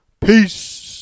Peace